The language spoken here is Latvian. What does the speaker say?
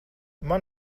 man